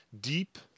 deep